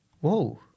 Whoa